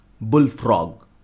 bullfrog